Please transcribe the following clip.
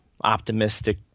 optimistic